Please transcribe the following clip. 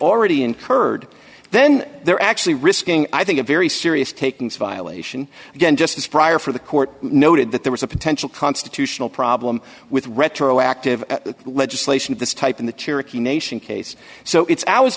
incurred then they're actually risking i think a very serious takings violation again just as prior for the court noted that there was a potential constitutional problem with retroactive legislation of this type in the cherokee nation case so it's always